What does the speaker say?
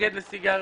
מתנגד לסיגריות,